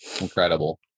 Incredible